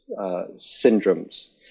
syndromes